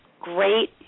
great